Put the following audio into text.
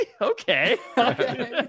Okay